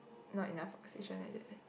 not enough oxygen like that